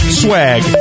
swag